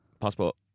passport